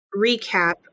recap